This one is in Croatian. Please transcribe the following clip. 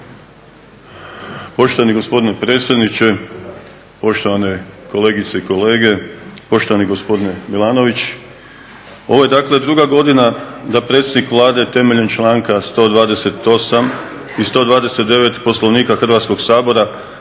Poštovani gospodine predsjedniče, poštovane kolegice i kolege, poštovani gospodine Milanović. Ovo je dakle druga godina da predsjednik Vlade temeljem članka 128. i 129. Poslovnika Hrvatskog sabora